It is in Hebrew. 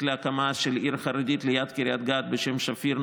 להקמה של עיר חרדית ליד קריית גת בשם שפיר.